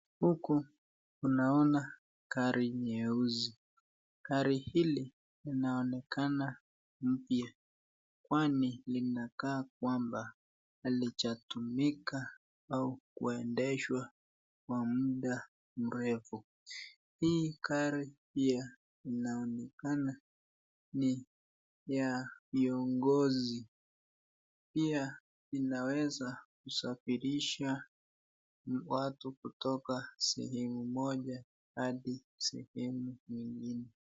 Huku tunaona gari nyeuai. Gari hili linaonekana mpya kwani limekaa kwamba halijatumika au kuendeshwa kwa mda mrefu. Hii gari inaonekana ni ya viongozi Pia inaweza kusafirisha watu kutoka sehemu moja hadi nyingine.